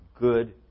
good